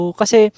kasi